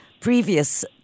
previous